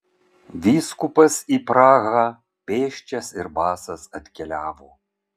vyskupas į prahą pėsčias ir basas atkeliavo